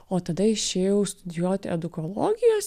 o tada išėjau studijuoti edukologijos